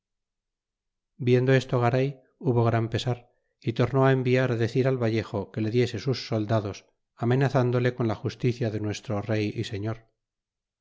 viendo esto garay hubo gran pesar y tornó enviar decir al vallejo que le diese sus soldados amenazándole con la justicia de nuestro rey y señor